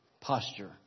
posture